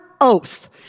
oath